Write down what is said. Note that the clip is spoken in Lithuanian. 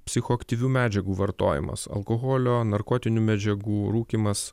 psichoaktyvių medžiagų vartojimas alkoholio narkotinių medžiagų rūkymas